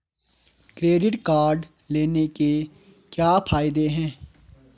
Credit card लेने के क्या फायदे हैं?